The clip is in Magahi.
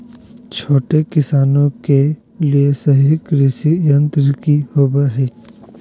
छोटे किसानों के लिए सही कृषि यंत्र कि होवय हैय?